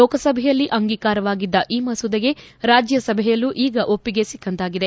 ಲೋಕಸಭೆಯಲ್ಲಿ ಅಂಗಿಕಾರವಾಗಿದ್ದ ಈ ಮಸೂದೆಗೆ ರಾಜ್ಲಸಭೆಯಲ್ಲೂ ಈಗ ಒಪ್ಪಿಗೆ ಸಿಕ್ಕಂತಾಗಿದೆ